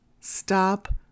Stop